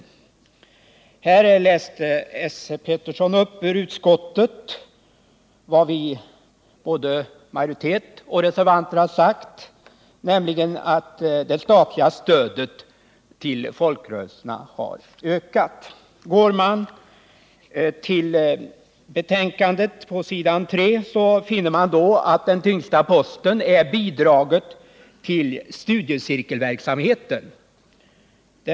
Esse Petersson läste ur betänkandet där det står 47 Nr 33 att både majoritet och reservanter uttalat att det statliga stödet till folkrörelser Onsdagen den har ökat. 15 november 1978 På s. 3 i betänkandet kan man läsa att den tyngsta posten är bidraget till studiecirkelverksamheten.